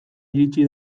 iritsi